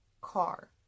car